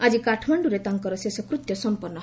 ଆକି କାଠମାଣ୍ଟୁରେ ତାଙ୍କର ଶେଷକୃତ୍ୟ ସମ୍ପନ୍ନ ହେବ